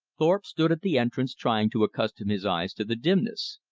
thorpe stood at the entrance trying to accustom his eyes to the dimness.